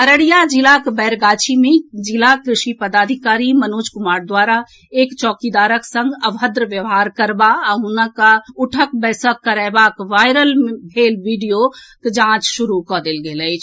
अररिया जिलाक बैरगाछी मे जिला कृषि पदाधिकारी मनोज कुमार द्वारा एक चौकीदारक संग अभद्र व्यवहार करबा आ हुनका उठक बैसक करएबाक वायरल भेल वीडियोक जांच शुरू कऽ देल गेल अछि